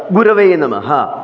गुरवे नमः